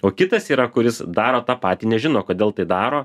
o kitas yra kuris daro tą patį nežino kodėl tai daro